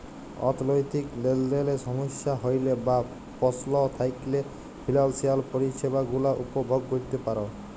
অথ্থলৈতিক লেলদেলে সমস্যা হ্যইলে বা পস্ল থ্যাইকলে ফিলালসিয়াল পরিছেবা গুলা উপভগ ক্যইরতে পার